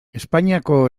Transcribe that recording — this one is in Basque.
espainiako